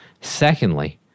Secondly